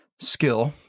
skill